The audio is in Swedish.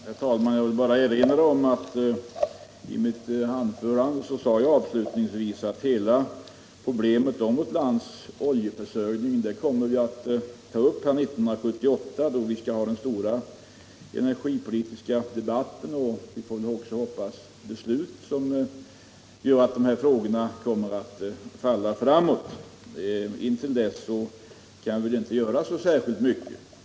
Herr talman! Jag vill bara erinra om att jag i mitt anförande avslutningsvis sade att vi kommer att ta upp hela problemet om vårt lands oljeförsörjning 1978, då vi skall ha den stora energipolitiska debatten och — får vi väl hoppas — också fatta ett beslut som gör att de här frågorna faller framåt. Innan dess kan vi inte göra särskilt mycket.